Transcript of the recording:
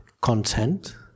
content